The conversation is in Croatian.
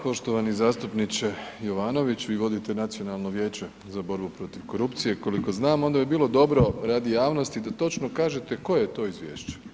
Poštovani zastupniče Jovanović, vi vidite Nacionalno vijeće za borbu protiv korupcije koliko znam onda bi bilo dobro radi javnosti da točno kažete koje je to izvješće?